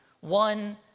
one